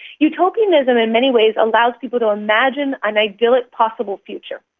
utopianism in many ways allows people to imagine an idyllic possible future.